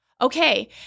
Okay